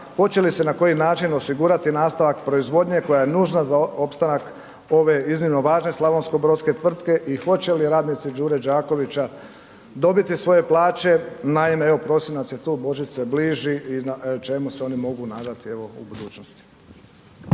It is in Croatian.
hoće li se i na koji način osigurati nastavak proizvodnje koja je nužna za opstanak ove iznimno važne slavonsko-brodske tvrtke i hoće li radnici Đure Đakovića dobiti svoje plaće, naime, evo prosinac je tu, Božić se bliži i čemu se oni mogu nadati evo u budućnosti?